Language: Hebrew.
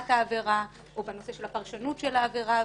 העבירה או בנושא של הפרשנות של העבירה,